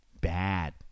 Bad